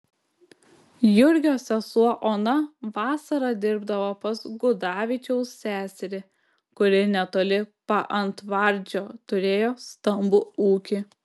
jurgio sesuo ona vasarą dirbdavo pas gudavičiaus seserį kuri netoli paantvardžio turėjo stambų ūkį